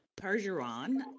Pergeron